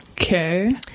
Okay